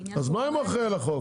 אז מה אם הוא אחראי על החוק?